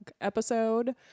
episode